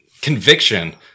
conviction